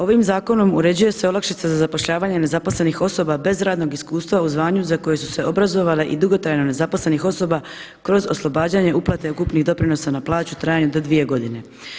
Ovim zakonom određuje se olakšica za zapošljavanje nezaposlenih osoba bez radnog iskustva u zvanju za kojeg su se obrazovale i dugotrajno nezaposlenih osoba kroz oslobađanje uplate ukupnih doprinosa na plaću u trajanju do 2 godine.